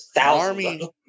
Army